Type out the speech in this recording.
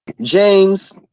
James